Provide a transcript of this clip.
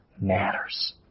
matters